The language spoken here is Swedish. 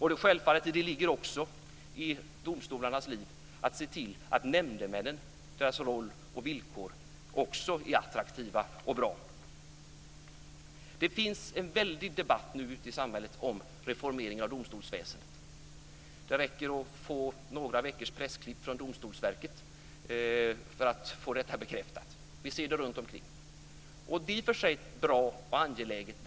Det ligger självfallet också i domstolarnas liv att se till att även nämndemännens roll och villkor är attraktiva och bra. Det finns nu en väldig debatt ute i samhället om reformering av domstolsväsendet. Det räcker med några veckors pressklipp från Domstolsverket för att få detta bekräftat. Den debatten är i och för sig bra och angelägen.